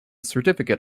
certificate